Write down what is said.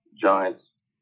Giants